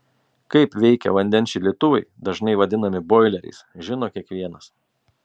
kaip veikia vandens šildytuvai dažnai vadinami boileriais žino kiekvienas